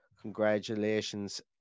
Congratulations